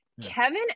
Kevin